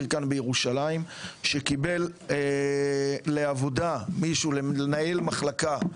כאן בירושלים שקיבל לעבודה מישהו לנהל מחלקה,